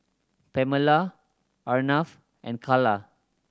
Oamela Arnav and Calla